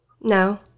no